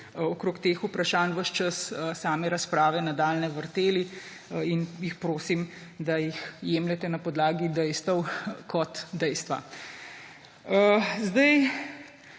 okrog teh vprašanj ves čas same razprave nadaljnje vrteli in jih, prosim, da jemljete na podlagi dejstev kot dejstva. Nekaj